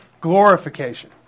glorification